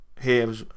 Hey